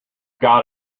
got